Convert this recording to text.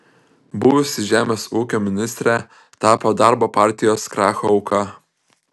buvusi žemės ūkio ministrė tapo darbo partijos kracho auka